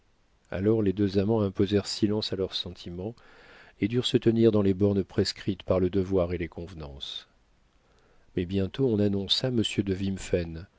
alors les deux amants imposèrent silence à leurs sentiments et durent se tenir dans les bornes prescrites par le devoir et les convenances mais bientôt on annonça monsieur de